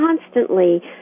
constantly